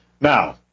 Now